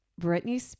Britney